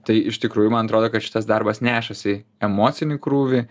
tai iš tikrųjų man atrodo kad šitas darbas nešasi emocinį krūvį